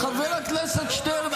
חזרת ל-6 באוקטובר?